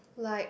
like